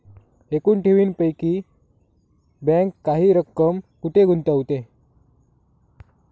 एकूण ठेवींपैकी बँक काही रक्कम कुठे गुंतविते?